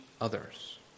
others